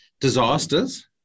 disasters